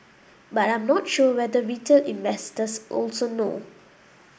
but I'm not sure whether retail investors also know